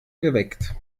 geweckt